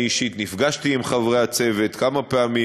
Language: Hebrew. אני אישית נפגשתי עם חברי הצוות כמה פעמים.